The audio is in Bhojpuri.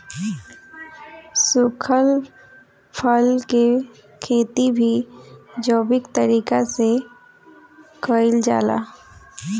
सुखल फल के खेती भी जैविक तरीका से कईल जाला